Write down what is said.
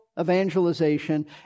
evangelization